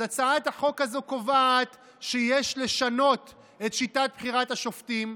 אז הצעת החוק הזו קובעת שיש לשנות את שיטת בחירת השופטים.